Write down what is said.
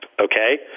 Okay